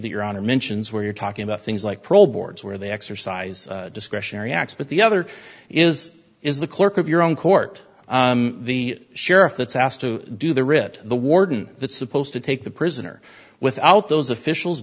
that your honor mentions where you're talking about things like pro boards where they exercise discretionary acts but the other is is the clerk of your own court the sheriff that's asked to do the writ the warden that's supposed to take the prisoner without those officials